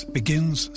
begins